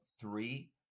three